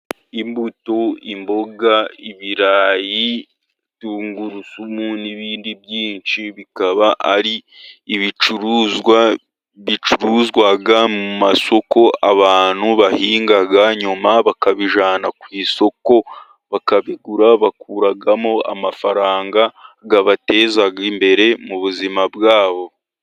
Imbuto, imboga, ibirayi, tungurusumu n'ibindi byinshi, bikaba ari ibicuruzwa bicuruzwa mu masoko, abantu bahinga nyuma bakabijyana ku isoko bakabigura, bakuramo amafaranga abateza imbere mu buzima bwabo.